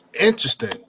Interesting